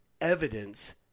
evidence